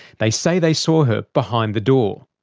they say they saw her behind the door.